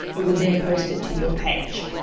it will then post it to your page.